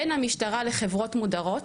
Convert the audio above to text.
בין המשטרה לחברות מודרות,